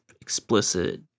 explicit